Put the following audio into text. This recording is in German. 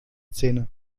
zähne